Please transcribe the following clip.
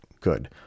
good